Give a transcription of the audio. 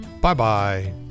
Bye-bye